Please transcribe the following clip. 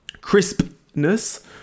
crispness